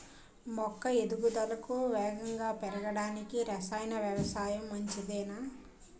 మొక్క ఎదుగుదలకు వేగంగా పెరగడానికి, రసాయన వ్యవసాయం మంచిదేనా?